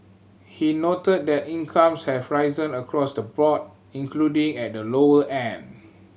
he noted that incomes have risen across the board including at the lower end